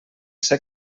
ser